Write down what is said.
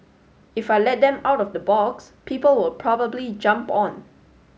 if I let them out of the box people will probably jump on